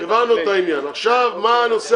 עכשיו מה הנושא